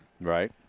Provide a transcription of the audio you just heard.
Right